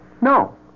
No